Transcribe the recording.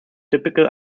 typical